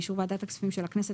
באישור ועדת הכספים של הכנסת,